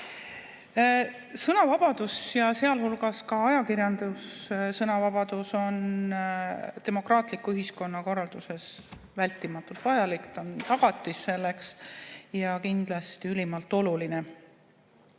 Sõnavabadus ja sealhulgas ajakirjanduse sõnavabadus on demokraatlikus ühiskonnakorralduses vältimatult vajalik, ta on selle tagatis ja on kindlasti ülimalt oluline.